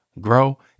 grow